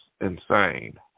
insane